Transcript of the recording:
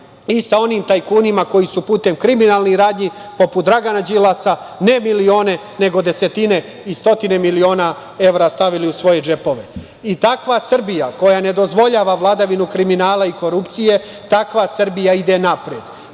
i sa onim tajkunima koji su putem kriminalnih radnji, poput Dragana Đilasa, ne milione, nego desetine i stotine miliona evra stavili u svoje džepove. Takva Srbija, koja ne dozvoljava vladavinu kriminala i korupcije, takva Srbija ide napred.